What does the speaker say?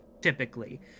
typically